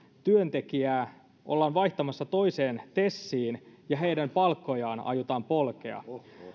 työntekijää ollaan vaihtamassa toiseen tesiin ja heidän palkkojaan aiotaan polkea